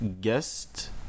guest